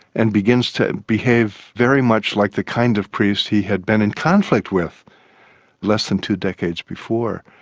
and begins to behave very much like the kind of priest he had been in conflict with less than two decades before.